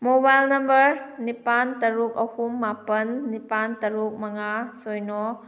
mobile number ꯅꯤꯄꯥꯜ ꯇꯔꯨꯛ ꯑꯍꯨꯝ ꯃꯥꯄꯜ ꯅꯤꯄꯥꯜ ꯇꯔꯨꯛ ꯃꯉꯥ ꯁꯤꯅꯣ